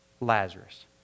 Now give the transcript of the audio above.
Lazarus